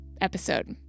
episode